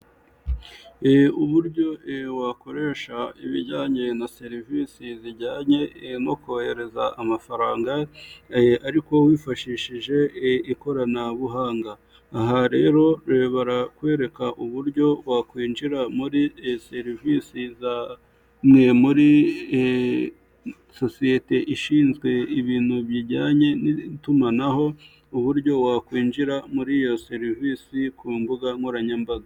Uburyo wakoresha ibijyanye na serivisi zijyanye no kohereza amafaranga ariko wifashishije ikoranabuhanga aha rero barakwereka uburyo wakwinjira muri serivisi za mwe muri sosiyete ishinzwe ibintu bijyanye n'itumanaho uburyo wakwinjira muri iyo serivisi ku mbuga nkoranyambaga.